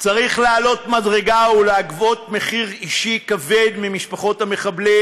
צריך לעלות מדרגה ולגבות מחיר אישי כבד ממשפחות המחבלים.